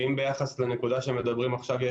ואם ביחס לנקודה שמדברים עכשיו יהיו